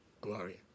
Gloria